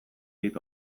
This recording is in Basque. dit